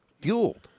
fueled